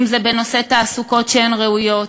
אם בנושא תעסוקות שהן ראויות,